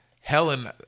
Helen